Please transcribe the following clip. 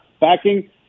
backing